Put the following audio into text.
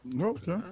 Okay